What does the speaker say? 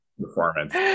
performance